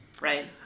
Right